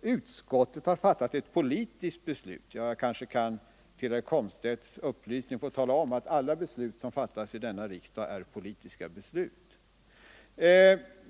utskottet har fattat ett politiskt beslut. Jag kanske då till herr Komstedts upplysning kan få nämna att alla beslut som fattas i denna riksdag är politiska beslut.